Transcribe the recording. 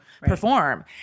perform